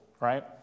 right